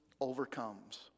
overcomes